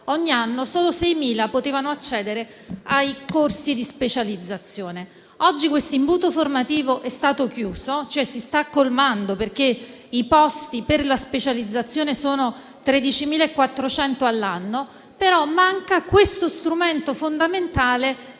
ogni anno, solo 6.000 potevano accedere ai corsi di specializzazione. Oggi questo imbuto formativo è stato chiuso, nel senso che si sta colmando, perché i posti per la specializzazione sono 13.400 all'anno. Manca però questo strumento fondamentale,